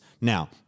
Now